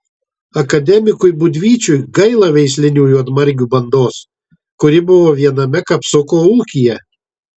akademikui būdvyčiui gaila veislinių juodmargių bandos kuri buvo viename kapsuko ūkyje